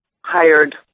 hired